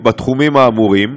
בתחומים האמורים,